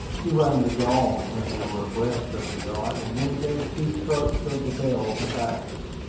he rang the gong when we were abreast of the yacht, and then gave two strokes of the bell to back her.